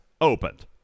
opened